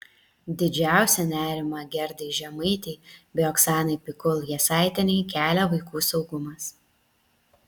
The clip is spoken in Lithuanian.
didžiausią nerimą gerdai žemaitei bei oksanai pikul jasaitienei kelia vaikų saugumas